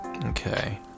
Okay